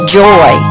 joy